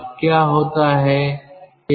अब क्या होता है